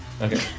Okay